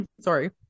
Sorry